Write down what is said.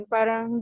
Parang